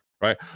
right